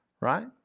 right